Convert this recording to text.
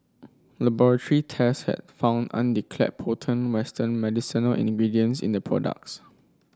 laboratory tests had found undeclared potent western medicinal ingredients in the products